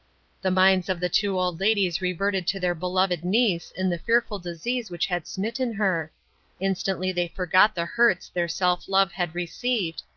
the minds of the two old ladies reverted to their beloved niece and the fearful disease which had smitten her instantly they forgot the hurts their self-love had received,